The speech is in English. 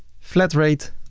flat rate,